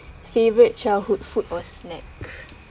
favourite childhood food or snack